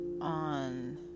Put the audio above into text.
on